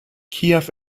kiew